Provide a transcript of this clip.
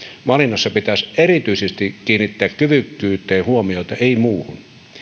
valinnassa pitäisi kiinnittää erityisesti kyvykkyyteen huomiota ei muuhun